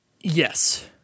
yes